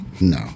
no